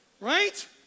right